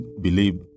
believe